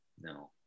No